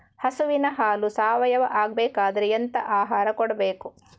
ಹಸುವಿನ ಹಾಲು ಸಾವಯಾವ ಆಗ್ಬೇಕಾದ್ರೆ ಎಂತ ಆಹಾರ ಕೊಡಬೇಕು?